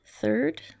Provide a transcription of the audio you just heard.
third